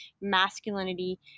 masculinity